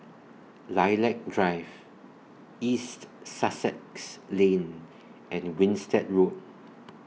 Lilac Drive East Sussex Lane and Winstedt Road